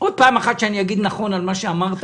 עוד פעם אחת שאני אגיד "נכון" על מה שאמרת,